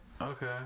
Okay